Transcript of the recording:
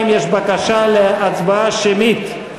יש בקשה להצבעה שמית.